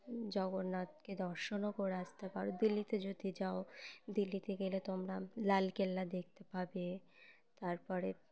জগন্নাথকে দর্শনও করে আসতে পারো দিল্লিতে যদি যাও দিল্লিতে গেলে তোমরা লাল কেল্লা দেখতে পাবে তারপরে